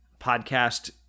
Podcast